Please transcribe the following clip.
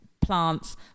plants